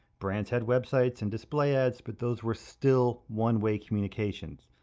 brands had websites and display ads, but those were still one-way communications.